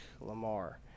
Lamar